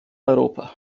europa